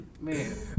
man